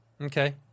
Okay